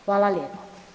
Hvala lijepo.